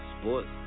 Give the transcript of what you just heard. Sports